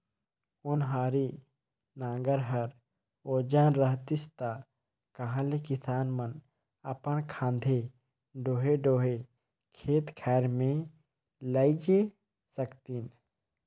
ओन्हारी नांगर हर ओजन रहतिस ता कहा ले किसान मन अपन खांधे डोहे डोहे खेत खाएर मे लेइजे सकतिन